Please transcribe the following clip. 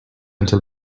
until